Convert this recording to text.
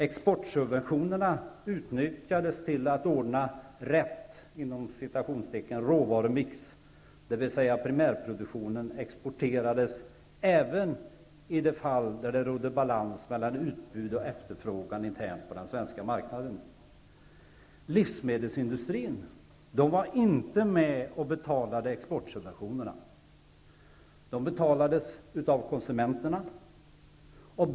Exportsubventionerna utnyttjades till att ordna ''rätt'' råvarumix, dvs. primärproduktionen exporterades även i de fall där det rådde balans mellan utbud och efterfrågan internt på den svenska marknaden. Livsmedelsindustrin var inte med och betalade exportsubventionerna. De betalades av konsumenterna.